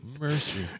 mercy